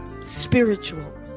spiritual